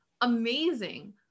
amazing